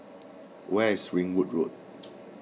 where is Ringwood Road